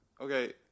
okay